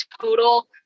total